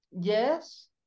yes